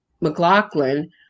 McLaughlin